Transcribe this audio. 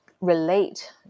relate